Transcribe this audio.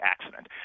accident